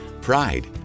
Pride